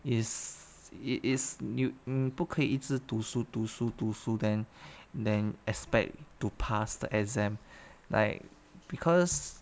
is it is newt~ 不可以一直读书读书读书 then then expect to pass the exam like because